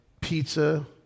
pizza